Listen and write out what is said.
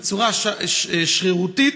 בצורה שרירותית.